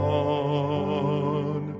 on